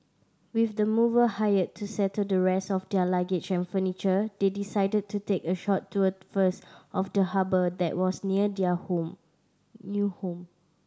with the mover hired to settle the rest of their luggage and furniture they decided to take a short tour first of the harbour that was near their home new home